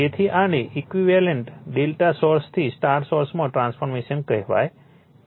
તેથી આને equivalent Δ source થી સ્ટાર સોર્સમાં ટ્રાન્સફોર્મેશન કહેવાય છે